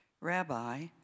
Rabbi